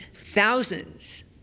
Thousands